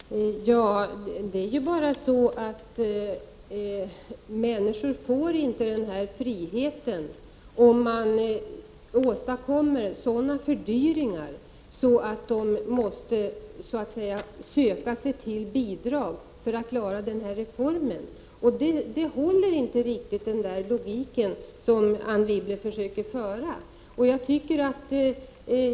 Herr talman! Det är ju bara så att människor inte får den här friheten om man åstadkommer sådana fördyringar att de måste söka bidrag för att klara vad den här reformen innebär. Den logik som Anne Wibble här försöker tillämpa — den håller ju inte riktigt.